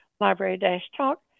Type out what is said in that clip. library-talk